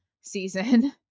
season